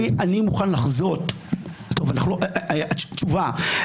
טוב, תשובה.